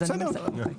בסדר.